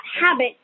habit